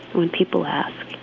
when people ask,